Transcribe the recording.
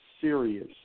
serious